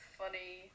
funny